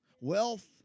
Wealth